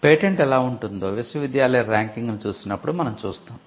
patent ఎలా ఉంటుందో విశ్వవిద్యాలయాల ర్యాంకింగ్ను చూసినప్పుడు మనం చూస్తాము